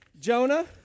Jonah